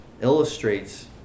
illustrates